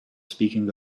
speaking